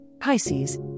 Pisces